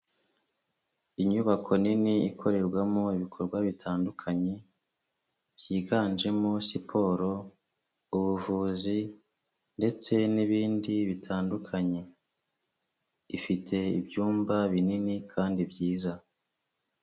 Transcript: Inyubako nini ikorerwamo ibikorwa bitandukanye byiganjemo siporo, ubuvuzi ndetse n'ibindi bitandukanye, ifite ibyumba binini kandi byiza.